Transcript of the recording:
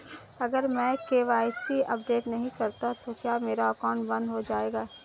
अगर मैं KYC update नहीं करता तो क्या मेरा अकाउंट बंद हो जाएगा?